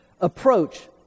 approach